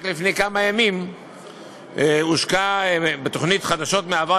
רק לפני כמה ימים הושקה התוכנית "חדשות מהעבר,